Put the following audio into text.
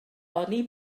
oni